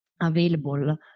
available